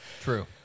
True